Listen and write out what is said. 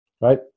right